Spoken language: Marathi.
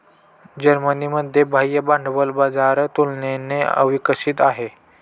जर्मनीमध्ये बाह्य भांडवल बाजार तुलनेने अविकसित आहे